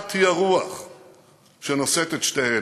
שאחת היא הרוח שנושאת את שתיהן.